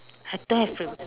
I don't have favorite